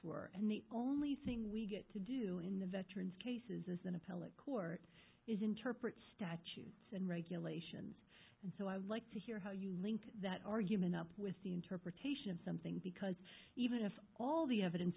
were and the only thing we get to do in the veterans case is an appellate court is interpret statute and regulations and so i like to hear how you link that argument up with the interpretation of something because even if all the evidence